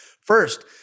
First